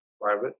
private